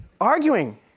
arguing